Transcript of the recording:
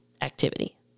activity